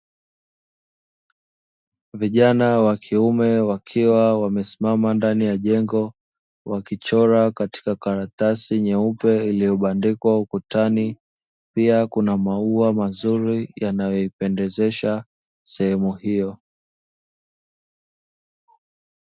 Vijana wa kiume wakiwa wamesimama ndani ya jengo wakichora katika karatasi nyeusi iliyobandikwa ukutani, pia kuna mauwa mazuri yanayoipendezesha sehemu hiyo.